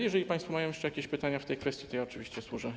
Jeżeli państwo mają jeszcze jakieś pytania w tej kwestii, to oczywiście służę.